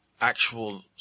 actual